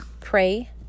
pray